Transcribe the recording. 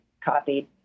copied